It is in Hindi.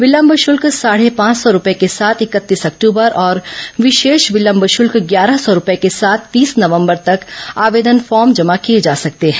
विलम्ब शुल्क साढ़े पांच सौ रूपये के साथ इकतीस अक्टूबर और विशेष विलम्ब शुल्क ग्यारह सौ रूपये के साथ तीस नवंबर तक आवेदन फॉर्म जमा किए जा सकते हैं